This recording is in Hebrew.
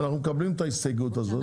אנחנו מקבלים את ההסתייגות הזאת.